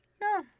No